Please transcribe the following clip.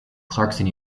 clarkson